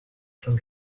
from